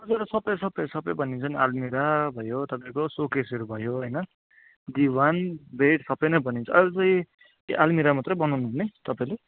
हजुर अँ सबै सबै सबै बनिन्छ नि आलमिरा भयो तपाईँको सोकेसहरू भयो होइन दिवान बेड सबै नै बनिन्छ अहिले चाहिँ के आलमिरा मात्र बनाउनु हुने तपाईँले